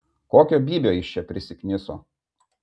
kokio bybio jis čia prisikniso